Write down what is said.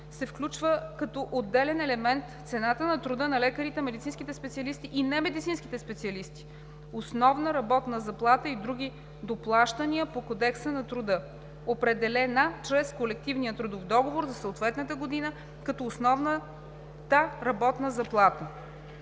се включва като отделен елемент цената на труда на лекарите, медицинските специалисти и немедицинските специалисти (основна работна заплата и други доплащания по Кодекса на труда), определена чрез колективния трудов договор за съответната година, като основната работна заплата: